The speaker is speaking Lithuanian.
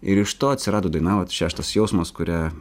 ir iš to atsirado daina vat šeštas jausmas kuria